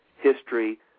history